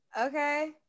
Okay